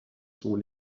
sont